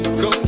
go